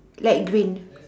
light green